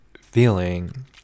feeling